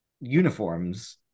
uniforms